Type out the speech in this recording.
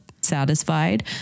satisfied